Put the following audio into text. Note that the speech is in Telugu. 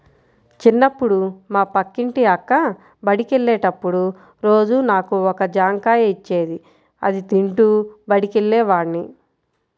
చిన్నప్పుడు మా పక్కింటి అక్క బడికెళ్ళేటప్పుడు రోజూ నాకు ఒక జాంకాయ ఇచ్చేది, అది తింటూ బడికెళ్ళేవాడ్ని